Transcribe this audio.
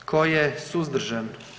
Tko je suzdržan?